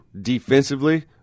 Defensively